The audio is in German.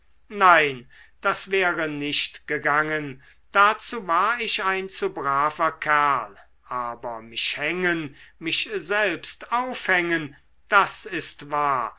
nein das wäre nicht gegangen dazu war ich ein zu braver kerl aber mich hängen mich selbst aufhängen das ist wahr